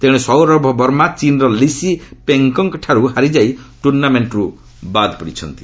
ତେଣେ ସୌରଭ ବର୍ମା ଚୀନ୍ର ଲିସି ଫେଙ୍ଗ୍ଙ୍କଠାରୁ ହାରିଯାଇ ଟୁର୍ଣ୍ଣାମେଣ୍ଟ୍ରୁ ବାଦ୍ ପଡ଼ିଛନ୍ତି